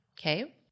okay